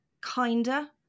kinder